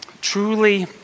truly